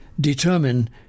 determine